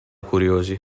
curiosi